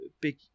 big